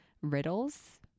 riddles